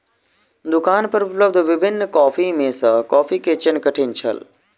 दुकान पर उपलब्ध विभिन्न कॉफ़ी में सॅ कॉफ़ी के चयन कठिन छल